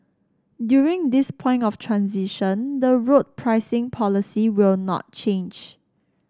during this point of transition the road pricing policy will not change